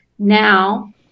now